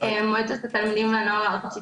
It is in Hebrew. מועצת התלמידים והנוער הארצית,